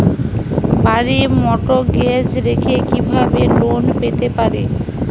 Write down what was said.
বাড়ি মর্টগেজ রেখে কিভাবে লোন পেতে পারি?